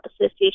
association